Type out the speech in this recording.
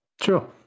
Sure